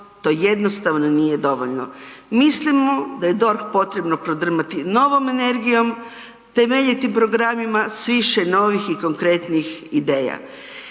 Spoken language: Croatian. to jednostavno nije dovoljno. Mislim da je DORH potrebno prodrmati novom energijom, temeljitim programima s više novih i konkretnih ideja.